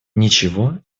ничего